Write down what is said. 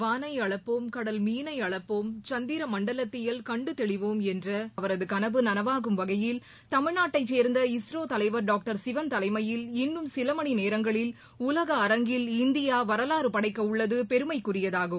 வானை அளப்போம் கடல் மீனை அளப்போம் சந்திர மண்டலத்தியல் கண்டு தெளிவோம் என்ற அவரது கனவு நனவாகும் வகையில் தமிழ்நாட்டைச் சேர்ந்த இஸ்ரோ தலைவர் டாக்டர் சிவன் தலைமையில் இன்னும் சில மணி நேரங்களில் உலக அரங்கில் இந்தியா வரலாறு படைக்க உள்ளது பெருமைக்குரியதாகும்